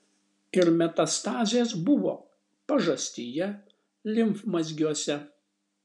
ir metastazės buvo pažastyje limfmazgiuose